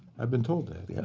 i've been told that. yeah,